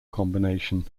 combination